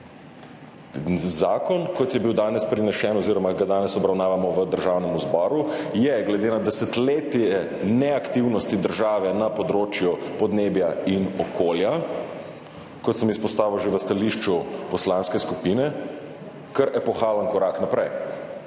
Zakon, kot je bil danes prinesen oziroma ga danes obravnavamo v Državnem zboru, je glede na desetletje neaktivnosti države na področju podnebja in okolja, kot sem izpostavil že v stališču poslanske skupine, kar epohalen korak naprej.